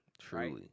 Truly